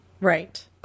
Right